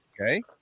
okay